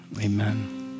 amen